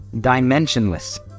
dimensionless